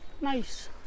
nice